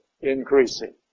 increasing